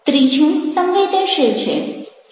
ત્રીજું સંવેદનશીલ છે